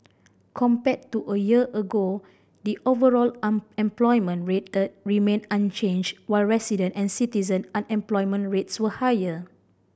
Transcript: compared to a year ago the overall unemployment rate remained unchanged while resident and citizen unemployment rates were higher